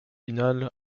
finale